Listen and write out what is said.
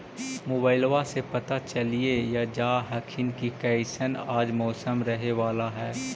मोबाईलबा से पता चलिये जा हखिन की कैसन आज मौसम रहे बाला है?